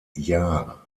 jahr